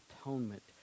atonement